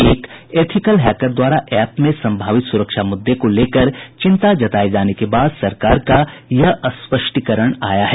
एक ethical hacker द्वारा app में संभावित स्रक्षा मूद्दे को लेकर चिंता जताये जाने के बाद सरकार का यह स्पष्टीकरण आया है